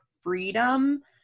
freedom